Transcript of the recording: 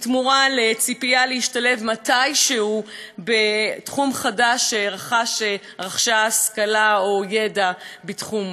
בתמורה לציפייה להשתלב מתישהו בתחום חדש שרכש או רכשה בו ידע והשכלה?